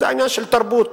זה העניין של תרבות.